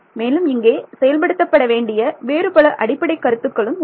மேலும் இங்கே செயல்படுத்தப்பட வேண்டிய வேறு பல அடிப்படைக் கருத்துக்களும் உள்ளன